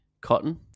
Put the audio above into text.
cotton